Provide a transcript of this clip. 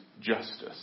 justice